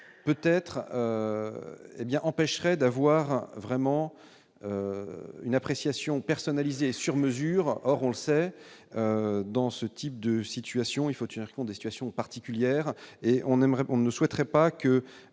peut-être hé bien empêcherait d'avoir vraiment une appréciation personnalisé, sur mesure, or on le sait, dans ce type de situation, il faut tient compte des situations particulières et on aimerait qu'on